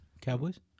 Cowboys